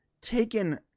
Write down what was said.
taken